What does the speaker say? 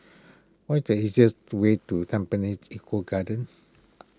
what the easiest way to Tampines Eco Garden